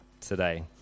today